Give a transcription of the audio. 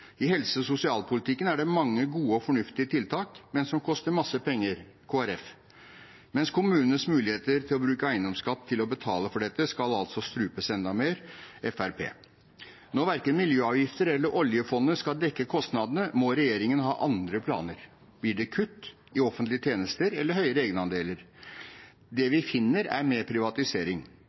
I helse- og sosialpolitikken er det mange gode og fornuftige tiltak, men som koster masse penger, Kristelig Folkepartis, mens kommunenes mulighet til å bruke eiendomsskatten til å betale for dette skal strupes enda mer, Fremskrittspartiets. Når verken miljøavgifter eller oljefondet skal dekke kostnadene, må regjeringen ha andre planer. Blir det kutt i offentlige tjenester eller høyere egenandeler? Det vi finner, er mer privatisering.